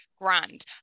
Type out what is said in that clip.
grand